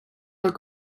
pas